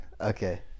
Okay